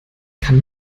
kann